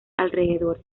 alrededores